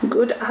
Good